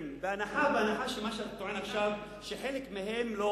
בהנחה שמה שאתה טוען עכשיו, שעל חלק מהם לא